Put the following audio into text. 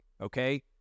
okay